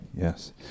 Yes